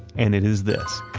and it is this